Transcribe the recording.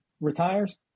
retires